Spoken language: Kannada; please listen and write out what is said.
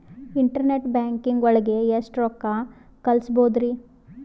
ಇಂಟರ್ನೆಟ್ ಬ್ಯಾಂಕಿಂಗ್ ಒಳಗೆ ಎಷ್ಟ್ ರೊಕ್ಕ ಕಲ್ಸ್ಬೋದ್ ರಿ?